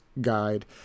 guide